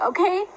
Okay